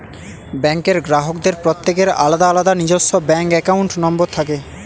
ব্যাঙ্কের গ্রাহকদের প্রত্যেকের আলাদা আলাদা নিজস্ব ব্যাঙ্ক অ্যাকাউন্ট নম্বর থাকে